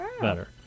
better